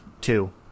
two